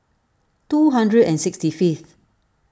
two hundred and sixty fifth